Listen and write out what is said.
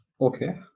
okay